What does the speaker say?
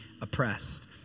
oppressed